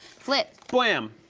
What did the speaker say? flip. bwam.